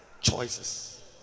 choices